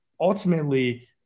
ultimately